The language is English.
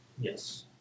Yes